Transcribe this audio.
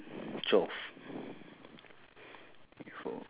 orh standing is it